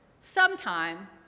sometime